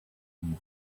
and